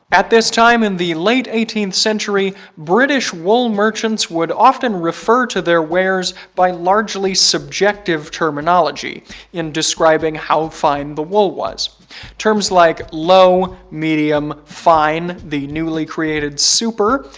at this time in the late eighteenth century, british wool merchants would often refer to their wares by largely subjective terminology in describing how fine the wool was terms like low, medium, fine, the newly created super,